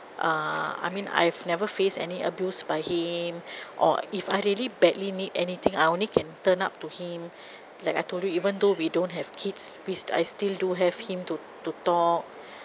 uh I mean I've never faced any abuse by him or if I really badly need anything I only can turn up to him like I told you even though we don't have kids we I still do have him to to talk